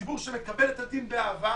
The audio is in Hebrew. ציבור שמקבל את הדין באהבה.